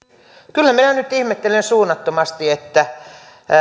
kyllä minä nyt ihmettelen suunnattomasti että